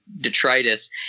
detritus